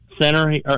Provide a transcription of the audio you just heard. center